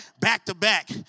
back-to-back